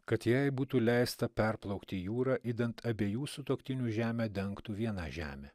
kad jai būtų leista perplaukti jūrą idant abiejų sutuoktinių žemė dengtų vieną žemę